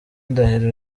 ndahiro